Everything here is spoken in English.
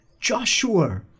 Joshua